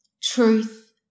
truth